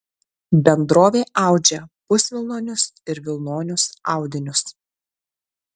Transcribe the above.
bendrovė audžia pusvilnonius ir vilnonius audinius